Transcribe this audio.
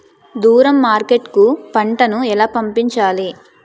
దూరం మార్కెట్ కు పంట ను ఎలా పంపించాలి?